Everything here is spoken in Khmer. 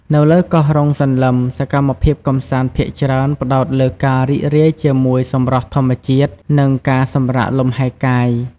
នៅលើកោះរ៉ុងសន្លឹម សកម្មភាពកម្សាន្តភាគច្រើនផ្តោតលើការរីករាយជាមួយសម្រស់ធម្មជាតិ និងការសម្រាកលំហែកាយ។